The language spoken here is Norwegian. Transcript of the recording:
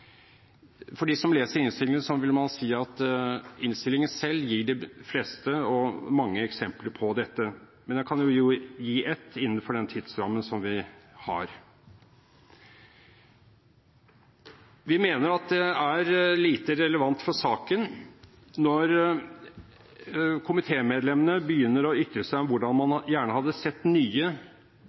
uvedkommende. De som leser innstillingen, vil si at innstillingen selv gir de fleste – og mange – eksempler på dette. Men jeg kan jo gi ett innenfor den tidsrammen som vi har: Vi mener at det er lite relevant for saken når komitémedlemmene begynner å ytre seg om hvordan man gjerne hadde sett nye